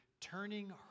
turning